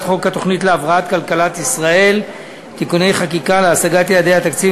חוק התוכנית להבראת כלכלת ישראל (תיקוני חקיקה להשגת יעדי התקציב